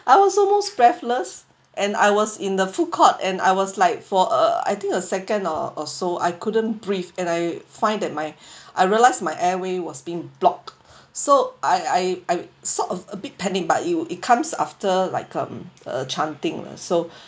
I was almost breathless and I was in the food court and I was like for uh I think a second or or so I couldn't breathe and I find that my I realised my airway was being blocked so I I I sort of a bit panic but it it comes after like um chanting lah so